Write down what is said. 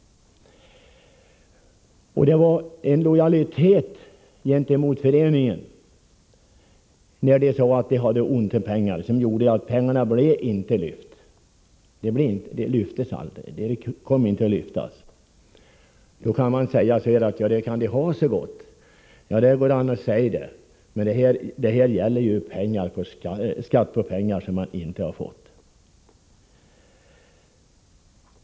Lojaliteten mot föreningen, som hade ont om pengar, gjorde att pengarna inte lyftes. Då kan man naturligtvis säga att medlemmarna får skylla sig själva. Ja, det går an att säga så, men ingen trodde att skatt skulle avkrävas på pengar som de inte har fått.